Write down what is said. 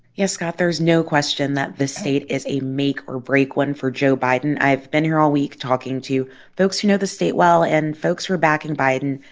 yes, scott, there's no question that the state is a make or break one for joe biden. i've been here all week talking to folks who know the state well and folks who are backing biden.